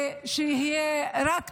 שיהיה רק טוב,